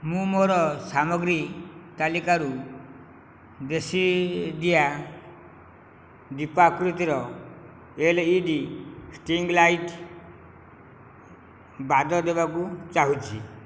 ମୁଁ ମୋ'ର ସାମଗ୍ରୀ ତାଲିକାରୁ ଦେଶୀ ଦିୟା ଦୀପ ଆକୃତିର ଏଲ୍ଇଡି ଷ୍ଟ୍ରିଙ୍ଗ୍ ଲାଇଟ୍ ବାଦ୍ ଦେବାକୁ ଚାହୁଁଛି